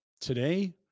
today